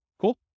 Cool